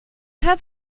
have